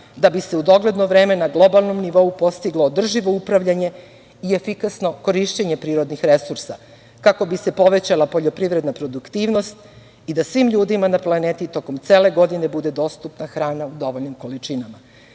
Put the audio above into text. da bi se u dogledno vreme na globalnom nivou postiglo održivo upravljanje i efikasno korišćenje prirodnih resursa, kako bi se povećala poljoprivredna produktivnost i da svim ljudima na planeti bude dostupna hrana u dovoljnim količinama. Verujući